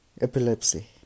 epilepsy